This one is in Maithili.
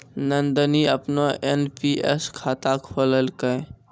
नंदनी अपनो एन.पी.एस खाता खोललकै